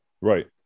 right